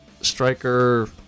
striker